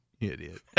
idiot